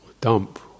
dump